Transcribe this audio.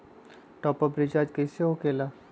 Top up recharge कइसे होएला?